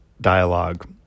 dialogue